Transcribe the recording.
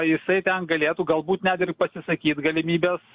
jisai ten galėtų galbūt net ir pasisakyt galimybės